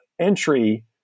entry